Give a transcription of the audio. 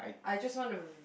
I just want to